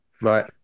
Right